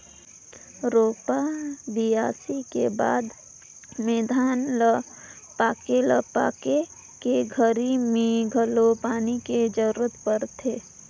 रोपा, बियासी के बाद में धान ल पाके ल पाके के घरी मे घलो पानी के जरूरत परथे